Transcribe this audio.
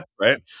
right